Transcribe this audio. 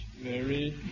married